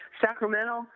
Sacramento